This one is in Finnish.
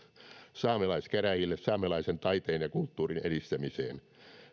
saamelaiskäräjille saamelaisen taiteen ja kulttuurin edistämiseen